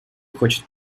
хочет